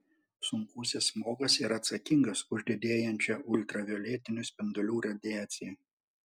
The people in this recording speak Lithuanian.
sunkusis smogas yra atsakingas už didėjančią ultravioletinių spindulių radiaciją